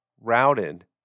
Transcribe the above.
Routed